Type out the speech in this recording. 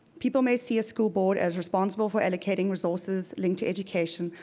people may see a school board as responsible for allocating resources linked to education,